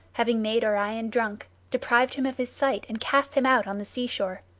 having made orion drunk, deprived him of his sight and cast him out on the seashore.